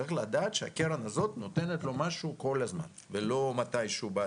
צריך לדעת שהקרן הזאת נותנת לו משהו כל הזמן ולא מתישהו בעתיד.